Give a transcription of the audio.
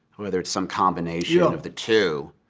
whether it's some combination of the two,